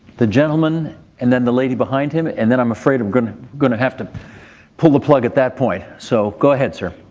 the gentleman and then the lady behind him, and then i'm afraid i'm gonna gonna have to pull the plug at that point. so go ahead, sir.